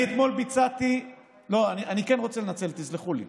אני כן רוצה לנצל, תסלחו לי.